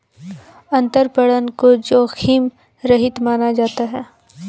अंतरपणन को जोखिम रहित माना जाता है